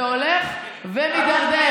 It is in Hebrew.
זה הולך ומידרדר.